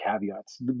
caveats